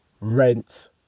rent